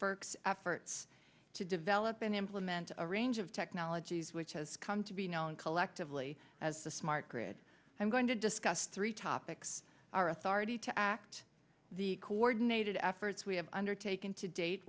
burks efforts to develop and implement a range of technologies which has come to be known collectively as the smart grid i'm going to discuss three topics our authority to act the coordinated efforts we have undertaken to date